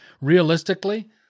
realistically